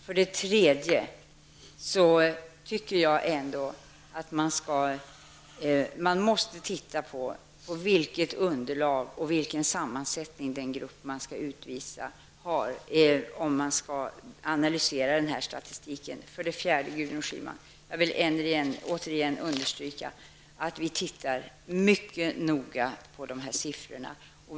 För det tredje tycker jag ändå att man vid en analys av denna statistik måste se på vilken sammansättning den grupp som skall utvisas har. För det fjärde, Gudrun Schyman, vill jag återigen understryka att vi mycket noga studerar de här siffrorna.